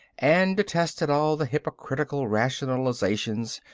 and detested all the hypocritical rationalizations,